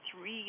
three